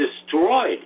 destroyed